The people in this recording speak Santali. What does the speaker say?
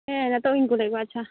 ᱦᱮᱸ ᱱᱤᱛᱚᱜ ᱜᱮᱧ ᱠᱩᱞᱮᱫ ᱠᱚᱣᱟ ᱟᱪᱷᱟ